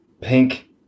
pink